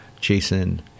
Jason